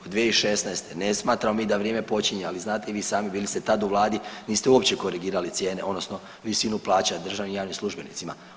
Od 2016., ne smatramo mi da vrijeme počinje, ali znate i vi sami, bili ste tad u Vladi, niste uopće korigirali cijene, odnosno visinu plaća državnim i javnim službenicima.